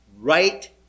right